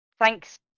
thanks